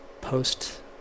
post